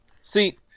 See